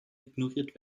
ignoriert